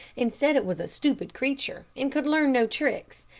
and said it was a stupid creature, and could learn no tricks,